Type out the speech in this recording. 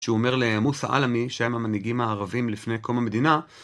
כשהוא אומר למוסא עלמי שהם המנהיגים הערבים לפני קום המדינה.